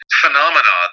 phenomena